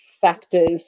factors